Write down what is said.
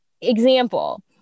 example